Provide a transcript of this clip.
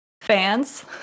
fans